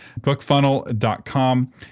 bookfunnel.com